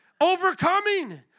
Overcoming